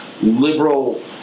liberal